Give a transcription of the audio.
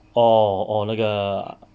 orh orh 那个